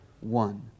one